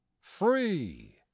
free